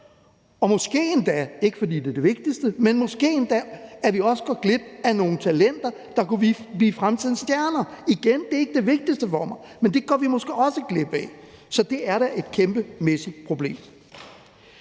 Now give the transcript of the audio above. og måske – ikke fordi det er det vigtigste – går vi endda også glip af nogle talenter, der kunne blive fremtidens stjerner. Og igen vil jeg sige, at det ikke er det vigtigste for mig, men det går vi måske også glip af, så det er da et kæmpemæssigt problem.